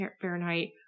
Fahrenheit